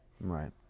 Right